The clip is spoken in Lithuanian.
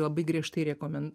labai griežtai rekomen